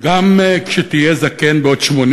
"גם כשתהיה זקן/ בעוד 80